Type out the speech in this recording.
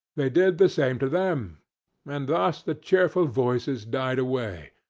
they did the same to them and thus the cheerful voices died away,